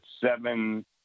seven